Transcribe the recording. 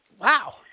Wow